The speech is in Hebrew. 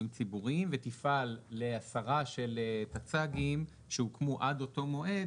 ציבוריים ותפעל להסרה של טצ"גים שהוקמו עד אותו המועד,